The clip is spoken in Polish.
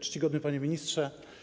Czcigodny Panie Ministrze!